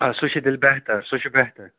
آ سُہ چھُ تیٚلہِ بہتر سُہ چھُ بہتر